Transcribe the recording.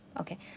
Okay